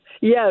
Yes